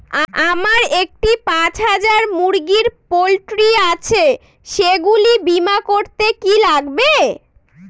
আমার একটি পাঁচ হাজার মুরগির পোলট্রি আছে সেগুলি বীমা করতে কি লাগবে?